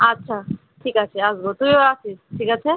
আচ্ছা ঠিক আছে আসবো তুইও আসিস ঠিক আছে